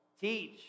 Teach